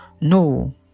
no